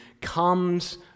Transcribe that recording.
comes